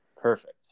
perfect